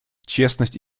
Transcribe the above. честность